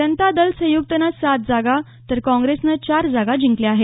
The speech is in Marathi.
जनता दल संयुक्तनं सात जागा तर काँग्रेसनं चार जागा जिंकल्या आहेत